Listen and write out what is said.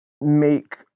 make